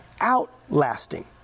outlasting